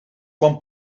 quan